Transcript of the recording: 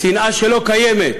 שנאה שלא קיימת.